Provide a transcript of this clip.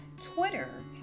Twitter